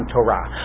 Torah